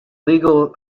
legal